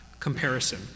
comparison